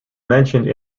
mentioned